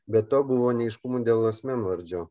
be to buvo neaiškumų dėl asmenvardžio